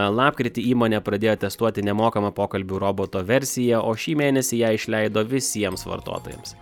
lapkritį įmonė pradėjo testuoti nemokamą pokalbių roboto versiją o šį mėnesį ją išleido visiems vartotojams